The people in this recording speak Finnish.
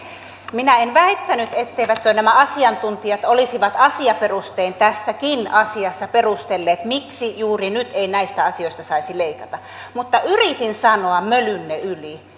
minä en väittänyt etteivätkö nämä asiantuntijat olisi asiaperustein tässäkin asiassa perustelleet miksi juuri nyt ei näistä asioista saisi leikata mutta yritin sanoa mölynne yli